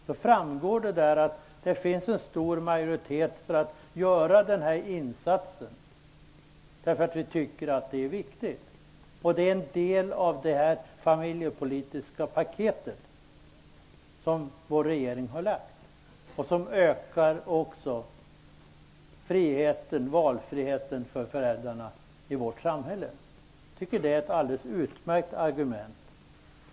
Det framgår där att det finns en stor majoritet för att göra den här insatsen -- vi tycker att det är viktigt. Det är en del av det familjepolitiska paket som vår regering har lagt fram och som också ökar valfriheten för föräldrarna i vårt samhälle. Jag tycker att det är ett alldeles utmärkt argument.